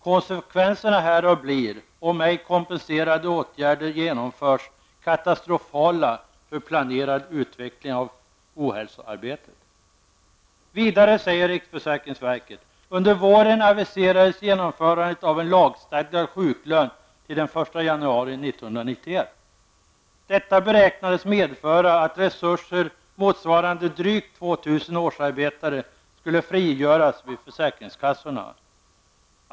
Konsekvenserna härav blir, om ej kompenserande åtgärder genomförs, katastrofala för planerad utveckling av ohälsoarbetet.'' Vidare skall skriver riksförsäkringsverket: ''Under våren aviserades genomförandet av en lagstadgad sjuklön till den 1 januari 1991. Detta beräknades medföra att resurser motsvarande drygt 2 000 årsarbetare skulle frigöras vid försäkringskassorna.